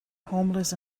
homeless